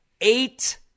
eight